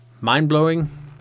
mind-blowing